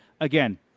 Again